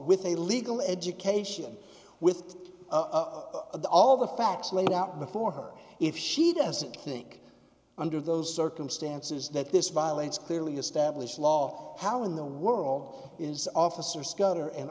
with a legal education with all the facts laid out before her if she doesn't think under those circumstances that this violates clearly established law how in the world is officer scudder and